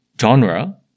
genre